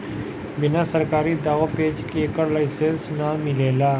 बिना सरकारी दाँव पेंच के एकर लाइसेंस ना मिलेला